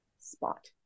spot